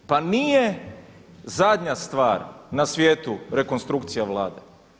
Pa nije zadnja stvar na svijetu rekonstrukcija Vlade.